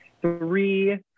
three